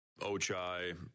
Ochai